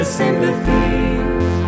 sympathy